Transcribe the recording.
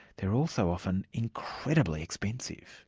they are also often incredibly expensive.